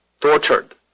tortured